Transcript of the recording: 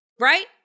Right